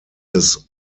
his